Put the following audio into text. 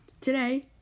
Today